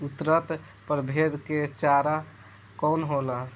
उन्नत प्रभेद के चारा कौन होला?